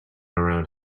around